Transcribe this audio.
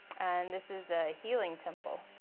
and this is a healing temple.